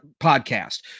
podcast